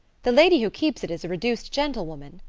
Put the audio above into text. the lady who keeps it is a reduced gentlewoman,